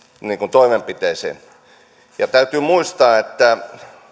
toimenpiteeseen ja täytyy muistaa että